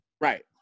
Right